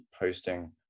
posting